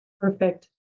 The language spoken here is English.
Perfect